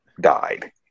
died